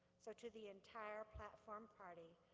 so to the entire platform party,